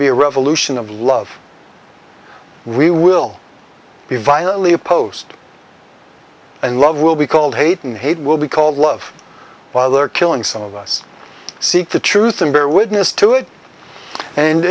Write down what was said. be a revolution of love we will be violently opposed and love will be called hate and hate will be called love by other killing some of us seek the truth and bear witness to it and